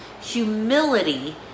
humility